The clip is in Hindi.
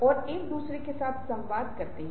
आपको कितने टिक मिले हैं